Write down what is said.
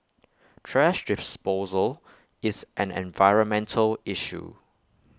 thrash disposal is an environmental issue